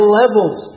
levels